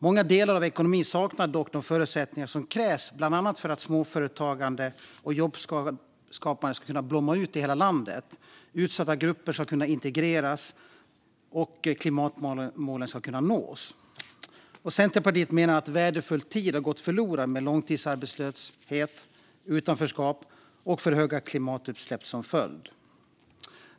Många delar av ekonomin saknar dock de förutsättningar som krävs för att bland annat småföretagandet och jobbskapandet ska kunna blomma ut i hela landet och för att utsatta grupper ska kunna integreras och klimatmålen nås. Centerpartiet menar att värdefull tid har gått förlorad med långtidsarbetslöshet, utanförskap och för höga klimatutsläpp som följd.